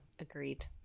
Agreed